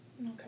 Okay